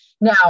Now